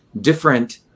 different